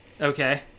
okay